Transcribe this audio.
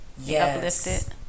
Yes